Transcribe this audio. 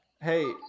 Hey